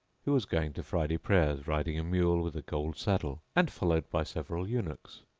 who was going to friday prayers riding a mule with a gold saddle and followed by several eunuchs.